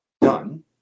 done